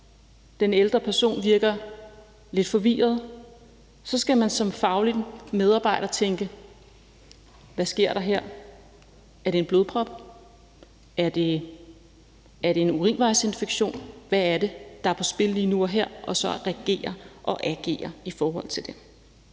og den ældre person virker lidt forvirret, skal man som faglig medarbejder tænke: Hvad sker der her? Er det en blodprop? Er det en urinvejsinfektion? Man skal tænke, hvad det er, der er på spil lige nu og her, og så reagere og agere i forhold til det.